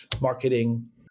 marketing